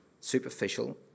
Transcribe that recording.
superficial